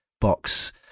box